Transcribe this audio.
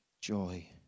joy